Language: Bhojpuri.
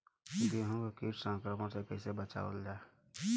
गेहूँ के कीट संक्रमण से कइसे बचावल जा?